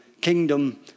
kingdom